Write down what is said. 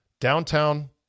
downtown